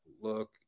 look